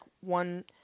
one